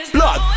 Blood